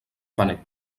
paner